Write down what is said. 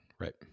Right